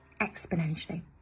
exponentially